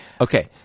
Okay